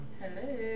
Hello